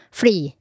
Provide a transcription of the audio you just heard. free